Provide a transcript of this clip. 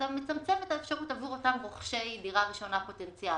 אתה מצמצם את האפשרות עבור אותם רוכשי דירה ראשונה פוטנציאלית.